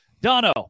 Dono